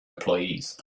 employees